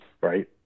right